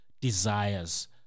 desires